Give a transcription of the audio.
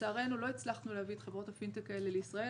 לצערנו לא הצלחנו להביא את חברות הפינטק האלה לישראל,